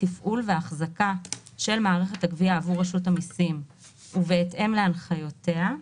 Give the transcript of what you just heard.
תפעול ואחזקה של מערכת הגבייה בעבור רשות המסים ובהתאם להנחיותיה,